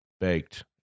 baked